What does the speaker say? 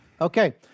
Okay